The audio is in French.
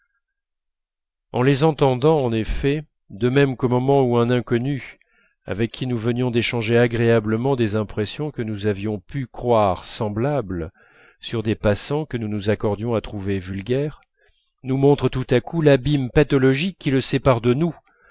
en les entendant en effet de même qu'au moment où un inconnu avec qui nous venions d'échanger agréablement des impressions que nous avions pu croire semblables sur des passants que nous nous accordions à trouver vulgaires nous montre tout à coup l'abîme pathologique qui le sépare de nous